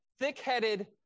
thick-headed